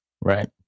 Right